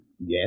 Yes